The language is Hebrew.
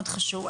מאוד חשוב.